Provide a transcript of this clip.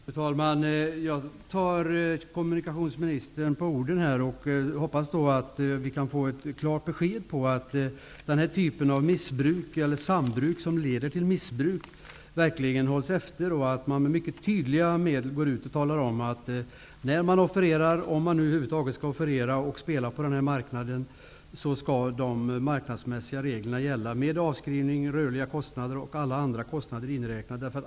Fru talman! Jag tar kommunikationsministern på orden. Jag hoppas att vi kan få ett klart besked om att den här typen av missbruk, eller sambruk som leder till missbruk, verkligen hålls efter. Man måste gå ut med mycket tydliga medel och tala om att när man offererar, om man över huvud taget skall offerera och spela på den här marknaden, skall de marknadsmässiga reglerna gälla med avskrivning, rörliga kostnader och alla andra kostnader inräknade.